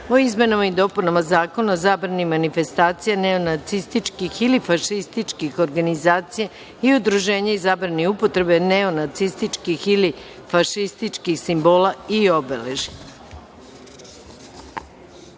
o izmenama i dopunama Zakona o zabrani manifestacija neonacističkih ili fašističkih organizacija i udruženja i zabrani upotrebe neonacističkih ili fašističkih simbola i obeležja.